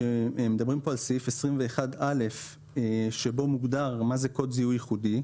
כשמדברים כאן על סעיף 21(א) בו מוגדר מה זה קוד זיהוי ייחודי,